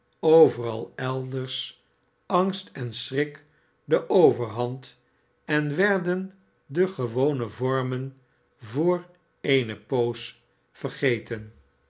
overal elders angst en schrik de overhand en werden de gewone vormen voor eene poos vergeten